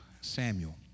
Samuel